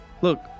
Look